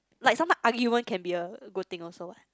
like sometime argument can be a a good thing also what